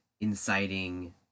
inciting